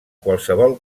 qualsevol